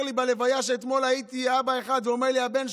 בלוויה שאתמול הייתי סיפר